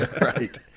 Right